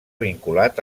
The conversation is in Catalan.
vinculat